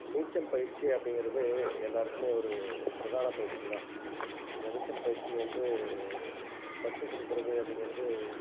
நீச்சல் பயிற்சி அப்படிங்கறது எல்லாருக்குமே ஒரு ஒரு பிரதானப் பயிற்சி தான் இந்த நீச்சல் பயிற்சியை வந்து கற்றுக்குடுக்கறது அப்படிங்கறது